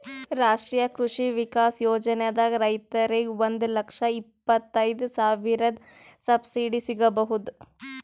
ರಾಷ್ಟ್ರೀಯ ಕೃಷಿ ವಿಕಾಸ್ ಯೋಜನಾದಾಗ್ ರೈತರಿಗ್ ಒಂದ್ ಲಕ್ಷ ಇಪ್ಪತೈದ್ ಸಾವಿರತನ್ ಸಬ್ಸಿಡಿ ಸಿಗ್ಬಹುದ್